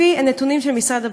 לפי הנתונים של משרד הבריאות,